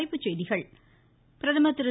தலைப்புச் செய்திகள் பிரதமர் திரு